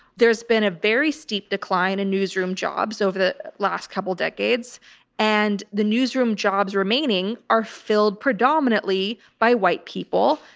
there's been a very steep decline, in and newsroom jobs over the last couple decades and the newsroom jobs remaining are filled predominantly by white people,